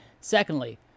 Secondly